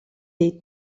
dei